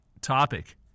topic